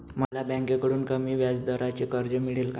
मला बँकेकडून कमी व्याजदराचे कर्ज मिळेल का?